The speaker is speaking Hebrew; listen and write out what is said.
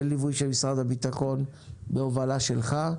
בליווי של משרד הבטחון, בהובלה שלך.